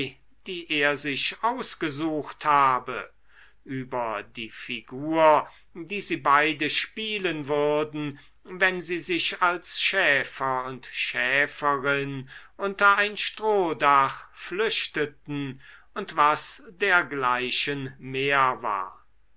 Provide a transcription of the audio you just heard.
die er sich ausgesucht habe über die figur die sie beide spielen würden wenn sie sich als schäfer und schäferin unter ein strohdach flüchteten und was dergleichen mehr war